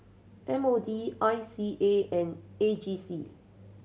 M O D I C A and A G C